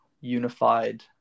unified